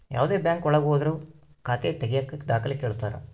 ಯಾವ್ದೇ ಬ್ಯಾಂಕ್ ಒಳಗ ಹೋದ್ರು ಖಾತೆ ತಾಗಿಯಕ ದಾಖಲೆ ಕೇಳ್ತಾರಾ